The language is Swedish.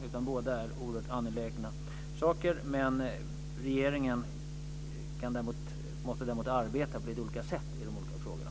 Båda sakerna är oerhört angelägna, men regeringen måste däremot arbeta på lite olika sätt i de skilda frågorna.